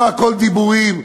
לא הכול דיבורים.